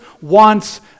wants